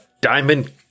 Diamond